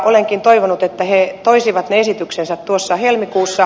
olenkin toivonut että he toisivat esityksensä helmikuussa